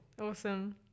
Awesome